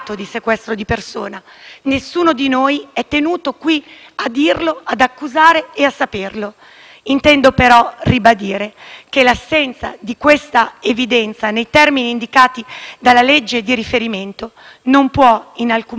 Intendo però ribadire che l'assenza di questa evidenza nei termini indicati dalla legge di riferimento non può in alcun modo consentire l'attivazione di una garanzia che non è ragionevole.